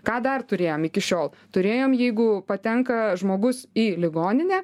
ką dar turėjom iki šiol turėjom jeigu patenka žmogus į ligoninę